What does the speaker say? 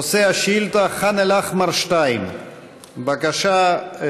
נושא השאילתה: ח'אן אל-אחמר 2. בבקשה,